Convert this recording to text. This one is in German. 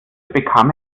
bekam